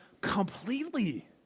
completely